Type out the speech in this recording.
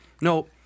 No